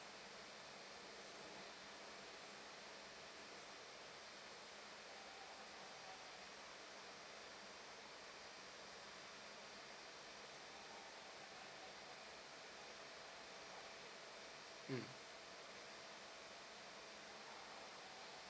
mm